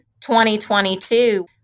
2022